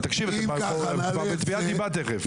אבל תבין דבר אחד,